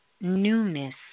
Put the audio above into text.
newness